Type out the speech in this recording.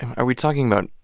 and are we talking about,